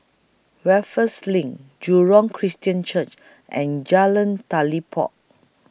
Raffles LINK Jurong Christian Church and Jalan Telipok